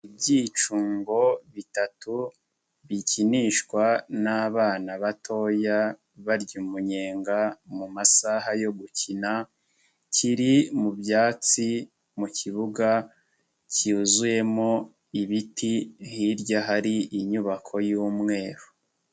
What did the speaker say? Ibyicungo bitatu bikinishwa n'abana batoya barya umunyenga mu masaha yo gukina, kiri mu byatsi mu kibuga cyuzuyemo ibiti hirya hari inyubako y'umweru.